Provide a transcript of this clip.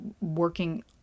working